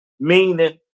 meaning